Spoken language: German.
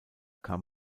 kam